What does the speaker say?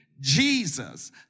Jesus